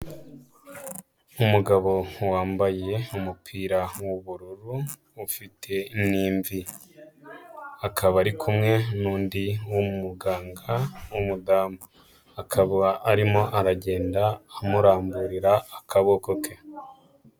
Umugabo wambaye umupira w'ubururu ufite n'imvi. Akaba ari kumwe n'undi w'umuganga w'umudamu. Akaba arimo aragenda amuramburira akaboko ke.